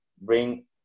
bring